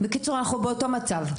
בקיצור אנחנו באותו מצב.